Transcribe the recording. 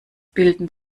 bilden